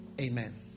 Amen